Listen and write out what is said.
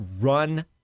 run